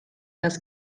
است